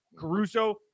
Caruso